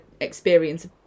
experience